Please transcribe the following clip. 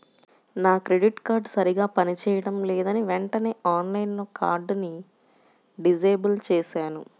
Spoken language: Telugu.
నా క్రెడిట్ కార్డు సరిగ్గా పని చేయడం లేదని వెంటనే ఆన్లైన్లో కార్డుని డిజేబుల్ చేశాను